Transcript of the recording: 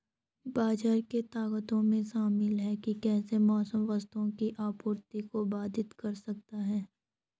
बाजार की ताकतों में शामिल हैं कि कैसे मौसम वस्तुओं की आपूर्ति को बाधित कर सकता है